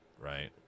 right